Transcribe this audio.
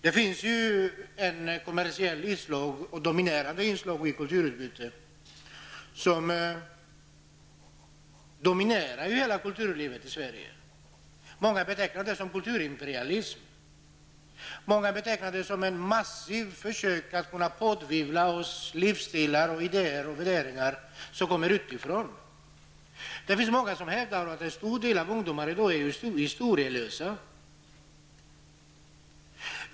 Det finns kommersiella inslag i kulturutbytet som dominerar hela kulturlivet i Sverige. Många betecknar det som kulturimperialism, som ett massivt försök att påtvinga oss livsstilar och idéer och värderingar som kommer utifrån. Det finns många som hävdar att en stor del av ungdomarna i dag är historielösa.